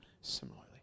similarly